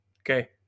Okay